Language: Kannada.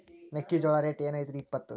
ಮೆಕ್ಕಿಜೋಳ ರೇಟ್ ಏನ್ ಐತ್ರೇ ಇಪ್ಪತ್ತು?